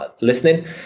listening